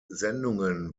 sendungen